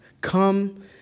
come